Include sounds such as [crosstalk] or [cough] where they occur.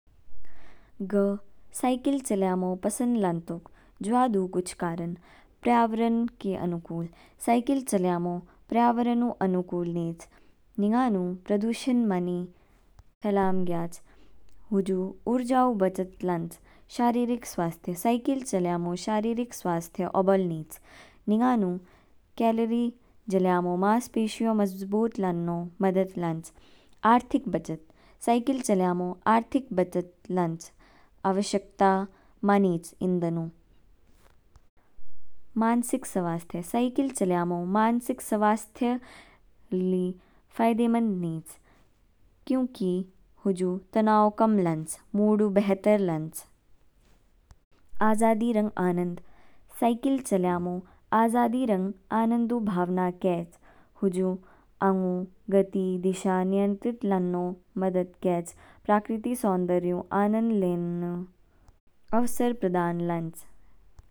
ग साइकिल चलयामु पसंद लांतोक, जवा दू कुछ कारण। पर्यावरण के अनुकूल, साइकिल चलयामु पर्यावरण उ अनुकूल नीच, निंगानु प्रदूषण मानी फैलामग्याच, हुजू ऊर्जा उ बचत लांच। शारीरिक स्वास्थ्य, साइकिल चलयामु शारीरिक स्वास्थ्य ओवल नीच निंगानु कैलोरी जलयामु, मांसपेशियों मज़बूत लान नू मदद लाँच। आर्थिक बचत, साइकिल चलयामु आर्थिक बचत लांच, आवश्यकता मानीच ईंधन उ। मानसिक स्वास्थ्य, साइकिल चलयामु मानसिक स्वास्थ्य ली फायदेमंद नीच, क्योंकि हुजू तनाव कम लांच, मूड उ बेहतर लांच। आज़ादी रंग आनंद, साइकिल चलयामु आज़ादी रंग आनंद उ भावना केच। हुजू आंगू गति, दिशा नियंत्रित लान नू मदद केच, प्राकृतिक सौंदर्य उ आनंद लेन [unintelligible] नू अवसर प्रदान लांच।